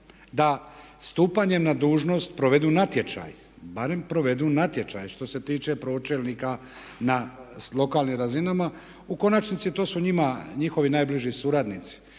da stupanjem na dužnost provedu natječaj, barem provedu natječaj što se tiče pročelnika na lokalnim razinama. U konačnici to su njima njihovi najbliži suradnici.